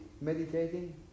meditating